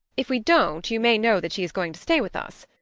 if we don't you may know that she is going to stay with us.